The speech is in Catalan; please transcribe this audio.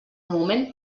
moment